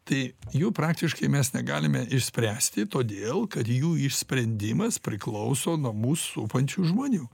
tai jų praktiškai mes negalime išspręsti todėl kad jų išsprendimas priklauso nuo mus supančių žmonių